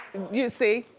you see?